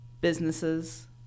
businesses